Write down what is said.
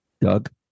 Doug